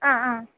आ आ